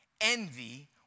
Envy